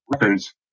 records